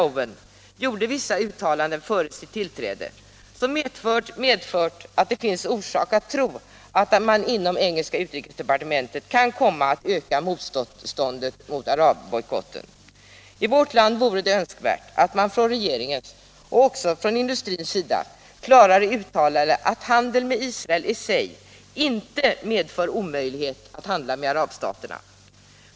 Owen, gjorde vissa uttalanden före sitt tillträde, som medfört att det finns orsak att tro att man inom engelska utrikesdepartementet kan komma att öka motståndet mot arabbojkotten. I vårt land vore det önskvärt att man från regeringens och också från industrins sida klarare uttalade att handel med Israel i sig inte medför omöjlighet att handla med arabstaterna.